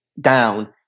down